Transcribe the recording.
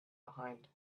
behind